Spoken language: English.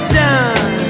done